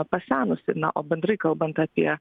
pasenusi na o bendrai kalbant apie